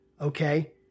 Okay